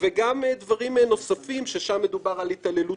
גם דברים נוספים ששם מדובר על התעללות